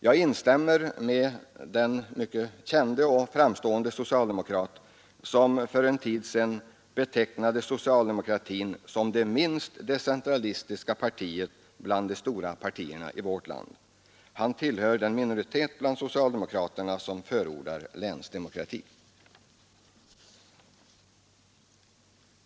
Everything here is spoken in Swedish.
Jag instämmer med den mycket kände och framstående socialdemokrat som för en tid sedan betecknade socialdemokratin som det minst decentralistiska partiet bland de stora partierna i vårt land. Han tillhör den minoritet bland socialdemokraterna som förordar länsdemokrati.